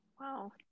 Wow